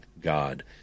god